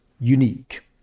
unique